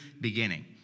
beginning